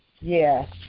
Yes